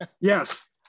Yes